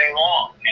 long